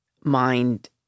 mind